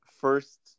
first